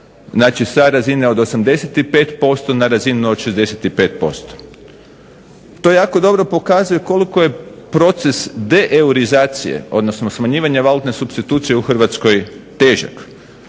Znači sa razine od 85% na razinu od 65%. To jako dobro pokazuje koliko je proces deeurizacije, odnosno smanjivanja valutne supstitucije u Hrvatskoj težak.